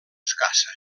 escassa